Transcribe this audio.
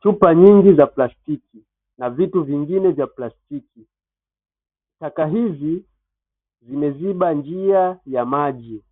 Chupa nyingi za plastiki na vitu vingine vya plastiki, taka hizi zimeziba njia ya maji